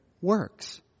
works